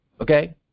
Okay